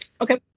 Okay